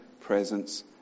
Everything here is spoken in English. presence